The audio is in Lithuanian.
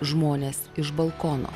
žmonės iš balkono